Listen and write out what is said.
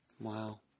Wow